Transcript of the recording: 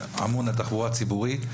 אמון על תחבורה ציבורית.